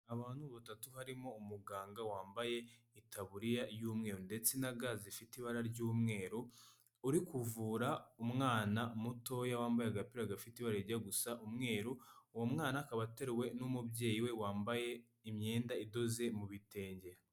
Abantu batatu harimo umuganga wambaye itaburiya y'umweru ndetse na ga zifite ibara ry'umweru, uri kuvura umwana mutoya wambaye agapira gafite ibara rijya gusa umweru, uwo mwana akaba ateruwe n'umubyeyi we wambaye imyenda idoze mu bitenge.